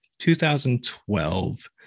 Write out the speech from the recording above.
2012